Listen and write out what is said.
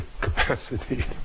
capacity